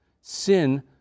sin